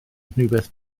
rhywbeth